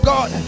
God